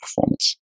performance